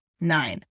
nine